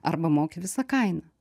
arba moki visą kainą